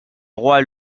roi